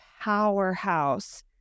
powerhouse